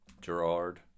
Gerard